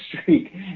streak